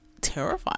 terrifying